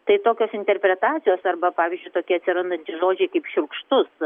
tai tokios interpretacijos arba pavyzdžiui tokie atsirandantys žodžiai kaip šiurkštus